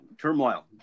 turmoil